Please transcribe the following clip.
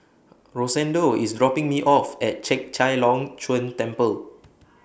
Rosendo IS dropping Me off At Chek Chai Long Chuen Temple